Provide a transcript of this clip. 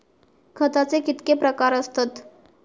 खताचे कितके प्रकार असतत?